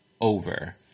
over